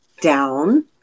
down